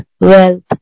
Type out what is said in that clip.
wealth